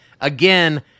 Again